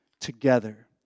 together